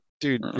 dude